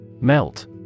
Melt